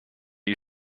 you